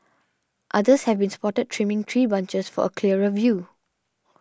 others have been spotted trimming tree branches for a clearer view